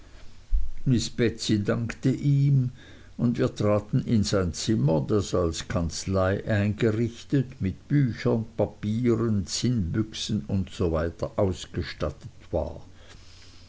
miß betsey dankte ihm und wir traten in sein zimmer das als kanzlei eingerichtet mit büchern papieren zinnbüchsen usw ausgestattet war